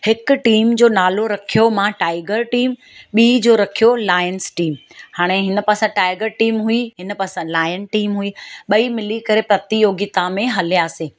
हिक टीम जो नालो रखियो मां टाइगर टीम ॿी जो रखियो लायन्स टीम हाणे हिन पासा टाइगर टीम हुई हिन पासा लायन टीम हुई ॿई मिली करे प्रतियोगिता में हलियासीं